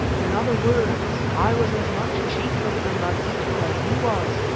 in other words, i was as much chief of the mazitu as he was,